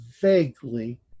vaguely